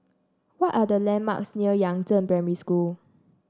what are the landmarks near Yangzheng Primary School